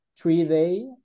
three-day